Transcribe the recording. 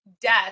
death